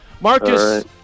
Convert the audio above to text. Marcus